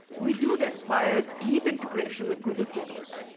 we do this via a deep integration with google photos.